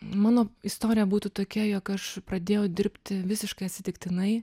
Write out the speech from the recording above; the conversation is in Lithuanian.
mano istorija būtų tokia jog aš pradėjau dirbti visiškai atsitiktinai